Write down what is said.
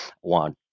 one